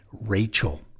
Rachel